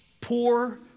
poor